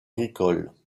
agricoles